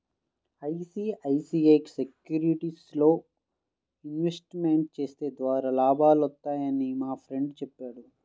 ICICI సెక్యూరిటీస్లో investment చేస్తే త్వరగా లాభాలొత్తన్నయ్యని మా ఫ్రెండు చెప్పాడు